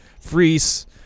Freeze